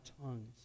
tongues